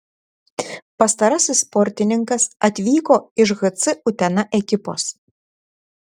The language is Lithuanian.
pastarasis sportininkas atvyko iš hc utena ekipos